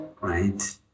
right